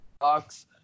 box